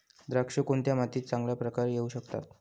द्राक्षे कोणत्या मातीत चांगल्या प्रकारे येऊ शकतात?